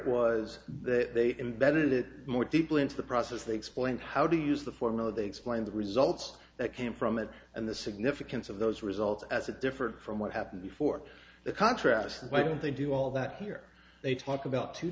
that they embedded it more deeply into the process they explained how to use the formula they explained the results that came from it and the significance of those results as it differed from what happened before the contrast why don't they do all that here they talk about two